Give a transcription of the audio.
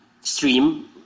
stream